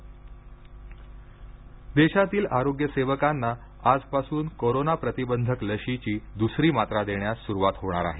corona लसीकरण देशातील आरोग्य सेवकांना आजपासून कोरोना प्रतिबंधक लशीची दुसरी मात्रा देण्यास सुरुवात होणार आहे